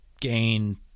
gain